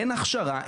אין הכשרה,